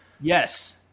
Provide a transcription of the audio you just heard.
Yes